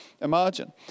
imagine